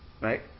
right